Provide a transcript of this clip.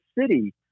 city